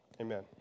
amen